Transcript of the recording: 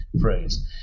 phrase